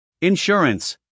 Insurance